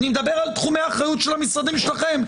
אני מדבר על תחומי אחריות של המשרדים שלכם.